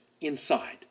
inside